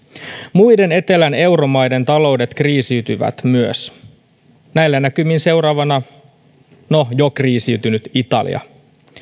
muiden etelän euromaiden taloudet kriisiytyvät myös näillä näkymin seuraavana no jo kriisiytynyt italia